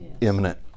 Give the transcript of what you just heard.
imminent